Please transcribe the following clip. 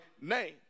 name